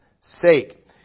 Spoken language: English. sake